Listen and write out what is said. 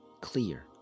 clear